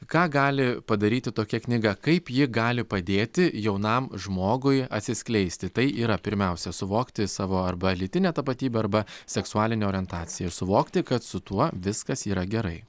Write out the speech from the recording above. ką gali padaryti tokia knyga kaip ji gali padėti jaunam žmogui atsiskleisti tai yra pirmiausia suvokti savo arba lytinę tapatybę arba seksualinę orientaciją ir suvokti kad su tuo viskas yra gerai